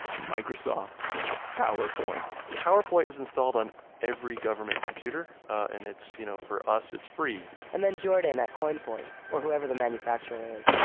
microsoft powerpoint powerpoint is installed on every government computer. and you know for us, it's free and then jordan at coinforce, or whoever the manufacturer is,